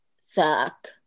suck